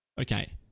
Okay